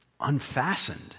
unfastened